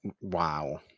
Wow